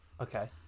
okay